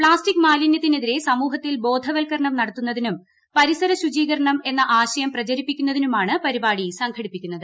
plastic മാലിന്യത്തിനെതിരെ സമൂഹത്തിൽ ബോധവൽക്കരണം നടത്തുന്നതിനും പരിസര ശുചീകരണം എന്ന ആശയം പ്രചരിപ്പിക്കുന്നതിനുമാണ് പരിപാടി സംഘടിപ്പിക്കുന്നത്